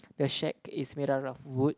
the shack is made up of wood